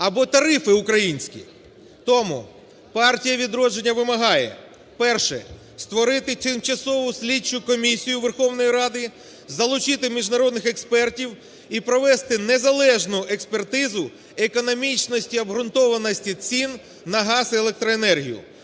або тарифи українські. Тому "Партія Відродження" вимагає: перше – створити Тимчасову слідчу комісію Верховної Ради, залучити міжнародних експертів і провести незалежну експертизу економічності, обґрунтованості цін на газ і електроенергію.